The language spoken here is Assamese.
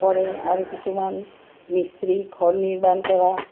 কৰে আৰু কিছুমান মিস্ত্ৰী ঘৰ নিৰ্মাণ কৰা